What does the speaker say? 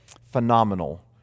phenomenal